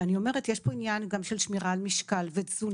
ואני אומרת: יש פה עניין גם של שמירה על משקל ותזונה,